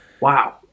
wow